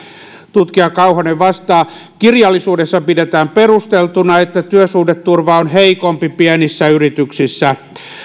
tutkija kauhanen vastaa kirjallisuudessa pidetään perusteltuna että työsuhdeturva on heikompi pienissä yrityksissä